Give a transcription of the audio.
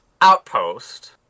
outpost